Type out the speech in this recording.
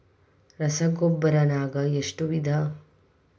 ರಸಗೊಬ್ಬರ ನಾಗ್ ಎಷ್ಟು ವಿಧ?